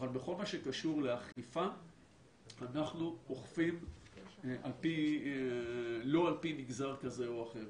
אבל בכל מה שקשור לאכיפה אנחנו אוכפים לא על פי מגזר כזה או אחר,